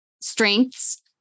strengths